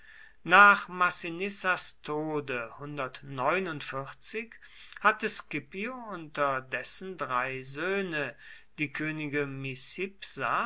nach massinissas tode hatte scipio unter dessen drei söhne die könige